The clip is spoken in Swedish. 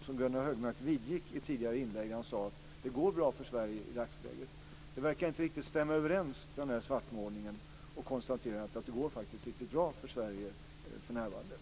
och som Gunnar Hökmark vidgick i ett tidigare inlägg när han sade: Det går bra för Sverige i dagsläget. Det verkar inte riktigt finnas någon överensstämmelse mellan den svartmålningen och konstaterandet att det faktiskt går riktigt bra för Sverige för närvarande.